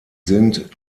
sind